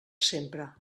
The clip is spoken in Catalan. sempre